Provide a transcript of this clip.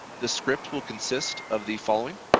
the script will consist of the following